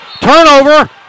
turnover